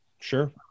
Sure